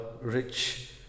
rich